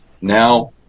Now